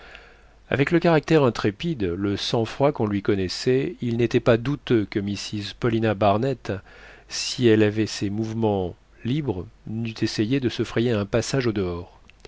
avec le caractère intrépide le sang-froid qu'on lui connaissait il n'était pas douteux que mrs paulina barnett si elle avait ses mouvements libres n'eût essayé de se frayer un passage au-dehors